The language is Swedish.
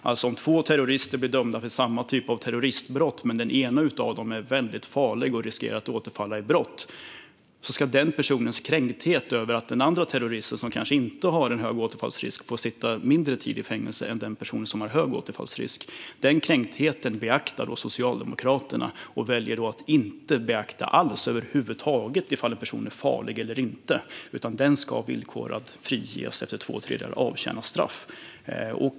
Alltså om två terrorister blir dömda för samma typ av terroristbrott men den ene av dem är väldigt farlig och riskerar att återfalla i brott beaktar Socialdemokraterna den personens kränkthet över att den andra terroristen, som kanske inte har en hög återfallsrisk, får sitta kortare tid i fängelse. De väljer att över huvud taget inte beakta ifall personen är farlig eller inte, utan den ska villkorat friges efter två tredjedelar avtjänat straff.